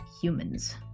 humans